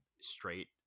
straight